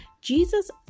jesus